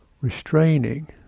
restraining